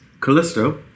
Callisto